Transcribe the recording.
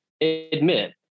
admit